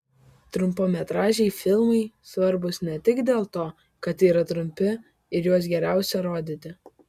trumpametražiai filmai svarbūs ne tik dėl to kad yra trumpi ir juos geriausia rodyti